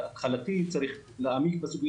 לדעתי צריך להעמיק בה.